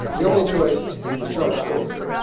the only choice is charter schools.